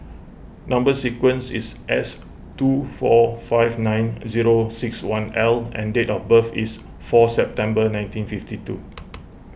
Number Sequence is S two four five nine zero six one L and date of birth is four September nineteen fifty two